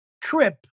trip